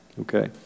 Okay